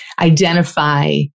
identify